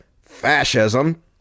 fascism